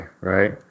right